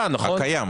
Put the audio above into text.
הקיים.